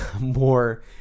more